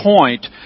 point